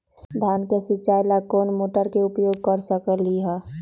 धान के सिचाई ला कोंन मोटर के उपयोग कर सकली ह?